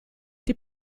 die